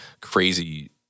crazy